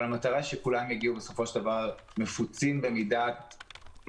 אבל המטרה היא שכולם יגיעו בסופו של דבר להיות מפוצים במידה מקסימלית.